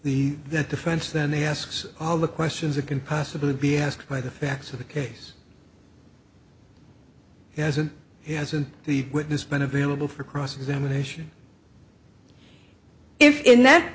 the that defense then he asks all the questions that can possibly be asked by the facts of the case hasn't he hasn't the witness been available for cross examination if in that